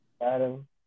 Adam